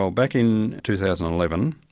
so back in two thousand and eleven,